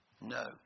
no